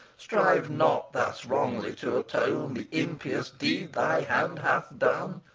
strive not thus wrongly to atone the impious deed thy hand hath done.